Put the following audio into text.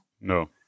no